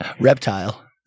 Reptile